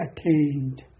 attained